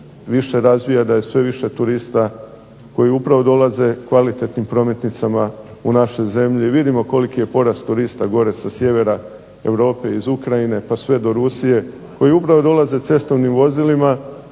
više razvija, da je sve više turista koji upravo dolaze kvalitetnim prometnicama u našu zemlju, i vidimo koliki je porast turista gore sa sjevera Europe, iz Ukrajine, pa sve do Rusije, koji upravo dolaze cestovnim vozilima,